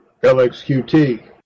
LXQT